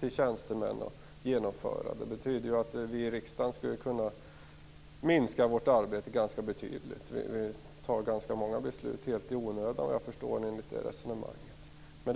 till tjänstemän att genomföra. Det betyder att vi i riksdagen skulle kunna minska vårt arbete ganska betydligt. Vi fattar ganska många beslut helt i onödan enligt det resonemanget.